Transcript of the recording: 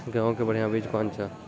गेहूँ के बढ़िया बीज कौन छ?